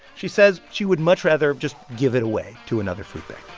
she says she would much rather just give it away to another food bank